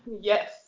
Yes